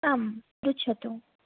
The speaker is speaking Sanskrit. आं पृच्छतु